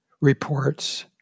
reports